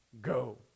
Go